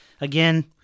again